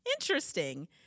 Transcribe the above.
Interesting